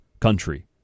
Country